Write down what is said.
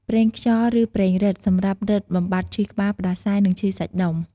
ប្រេងខ្យល់ ឬប្រេងរឹត សម្រាប់រឹតបំបាត់ឈឺក្បាល ផ្តាសាយ និងឈឺសាច់ដុំ។